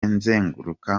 nzenguruka